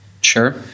Sure